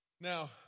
Now